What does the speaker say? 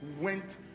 went